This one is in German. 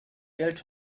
geld